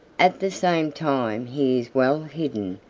at the same time he is well hidden.